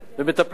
ומטפלים.